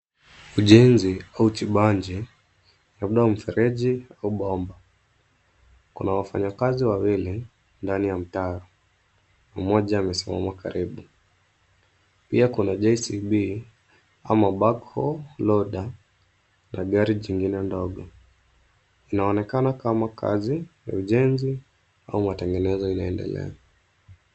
Ujenzi au uchimbaji labda mfereji au bomba. Kuna wafanyakazi wawili ndani ya mtaro. Mmoja amesimama karibu, pia kuna JCB ama back hole loader na gari jingine ndogo. Inaonekana kama kazi ya ujenzi au matengenezo inaendelea.